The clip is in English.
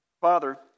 Father